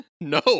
No